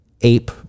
ape